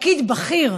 תפקיד בכיר,